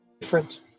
different